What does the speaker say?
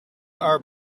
are